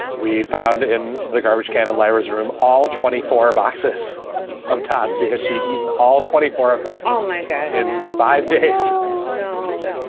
we found in the garbage can of lyras room all twenty four boxes of tots because she'd been all twenty four of them. oh my god. in five days so no,